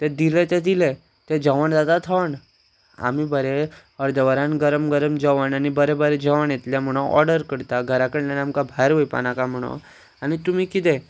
ते दिलें तें दिलें तें जेवण जाता थोंड आमी बरें अर्द वरान गरम गरम जेवण आनी बरें बरें जेवण येतलें म्हणोन ऑर्डर करता घरा कडल्यान आमकां भायर येवपा नाका म्हणोन आनी तुमी कितें